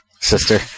sister